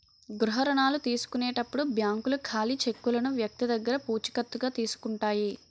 గృహ రుణాల తీసుకునేటప్పుడు బ్యాంకులు ఖాళీ చెక్కులను వ్యక్తి దగ్గర పూచికత్తుగా తీసుకుంటాయి